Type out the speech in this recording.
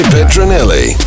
Petronelli